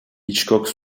hitchcock